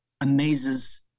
amazes